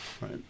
right